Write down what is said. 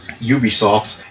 Ubisoft